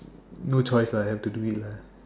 no choice lah have to do it lah